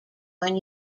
when